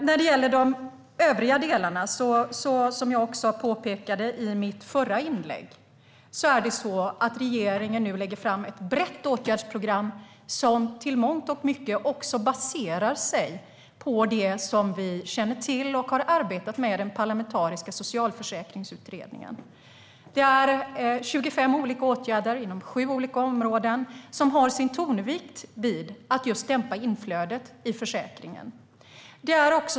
När det gäller övriga delar - som jag påpekade i mitt förra inlägg - lägger regeringen nu fram ett brett åtgärdsprogram som i mångt och mycket baserar sig på det som man har arbetat med i den parlamentariska Socialförsäkringsutredningen. Det är 25 olika åtgärder inom sju olika områden där tonvikten ligger på att dämpa inflödet i försäkringen.